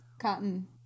cotton